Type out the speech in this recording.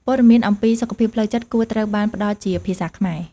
ព័ត៌មានអំពីសុខភាពផ្លូវចិត្តគួរត្រូវបានផ្តល់ជាភាសាខ្មែរ។